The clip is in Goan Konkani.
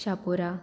चापोरा